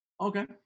Okay